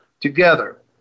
together